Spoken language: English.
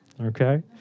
Okay